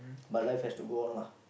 but life has to go on lah